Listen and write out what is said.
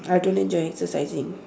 I don't enjoy exercising